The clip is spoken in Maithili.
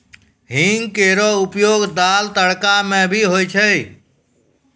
हींग केरो उपयोग दाल, तड़का म भी होय छै